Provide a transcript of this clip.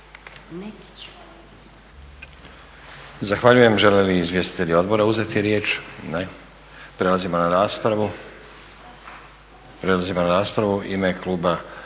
Zahvaljujem. Žele li izvjestitelji odbora uzeti riječ? Ne. Prelazimo na raspravu. U ime Kluba